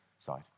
side